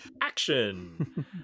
Action